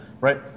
right